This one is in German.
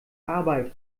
arbeit